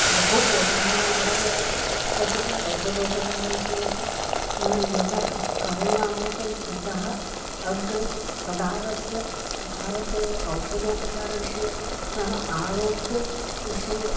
बहु वर्धमानं एव वर्तते औषधोपचारविषये तु यदा करुणातं ततः अग्रे तदारभ्य भारते औषधोपचारविषये नाम आरोग्यविषये